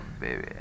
baby